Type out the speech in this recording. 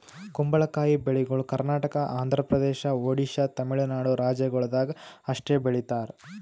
ಕುಂಬಳಕಾಯಿ ಬೆಳಿಗೊಳ್ ಕರ್ನಾಟಕ, ಆಂಧ್ರ ಪ್ರದೇಶ, ಒಡಿಶಾ, ತಮಿಳುನಾಡು ರಾಜ್ಯಗೊಳ್ದಾಗ್ ಅಷ್ಟೆ ಬೆಳೀತಾರ್